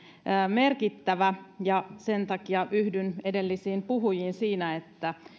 merkittävä sen takia yhdyn edellisiin puhujiin siinä että